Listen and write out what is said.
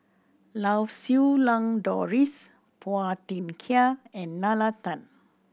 Lau Siew Lang Doris Phua Thin Kiay and Nalla Tan